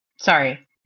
Sorry